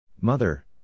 Mother